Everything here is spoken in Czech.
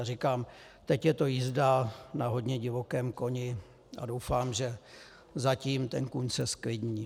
Říkám, teď je to jízda na hodně divokém koni a doufám, že zatím ten kůň se zklidní.